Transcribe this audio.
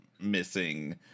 missing